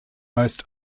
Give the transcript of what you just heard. most